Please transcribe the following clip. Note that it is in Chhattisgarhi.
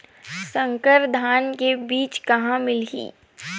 संकर धान के बीज कहां मिलही?